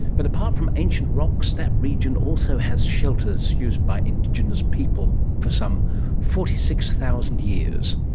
but apart from ancient rocks, that region also has shelters used by indigenous people for some forty six thousand years,